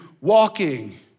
walking